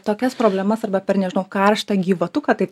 tokias problemas arba per nežinau karštą gyvatuką taip